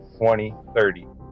2030